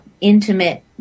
intimate